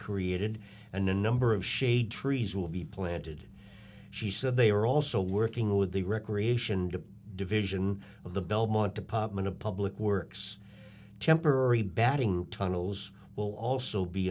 created and the number of shade trees will be planted she said they are also working with the recreation and division of the belmont department of public works temporary batting tunnels will also be